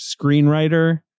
screenwriter